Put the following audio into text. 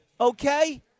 Okay